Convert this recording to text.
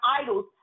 idols